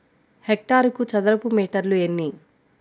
హెక్టారుకు చదరపు మీటర్లు ఎన్ని?